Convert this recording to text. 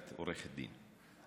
את עורכת דין,